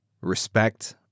respect